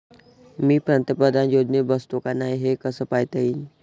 मी पंतप्रधान योजनेत बसतो का नाय, हे कस पायता येईन?